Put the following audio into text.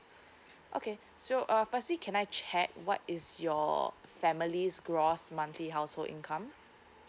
okay so uh firstly can I check what is your family gross monthly household income